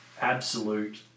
absolute